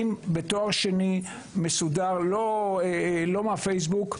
ובתואר שני מסודר, לא מהפייסבוק.